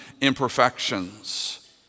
imperfections